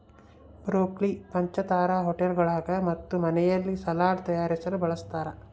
broccoli ಪಂಚತಾರಾ ಹೋಟೆಳ್ಗುಳಾಗ ಮತ್ತು ಮನೆಯಲ್ಲಿ ಸಲಾಡ್ ತಯಾರಿಸಲು ಬಳಸತಾರ